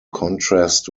contrast